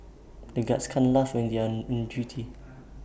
the guards can't laugh when they are on duty